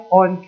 on